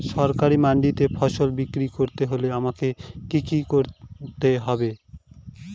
সরকারি মান্ডিতে ফসল বিক্রি করতে হলে আমাকে কি কি করতে হবে?